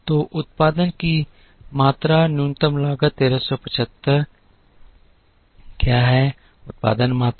तो उत्पादन की मात्रा न्यूनतम लागत 1375 क्या है उत्पादन मात्रा क्या हैं